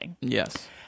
Yes